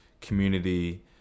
community